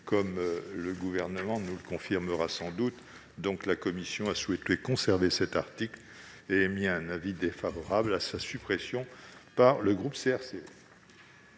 comme le Gouvernement nous le confirmera sans doute. La commission a souhaité conserver cet article. Elle a donc émis un avis défavorable à sa suppression par le groupe CRCE.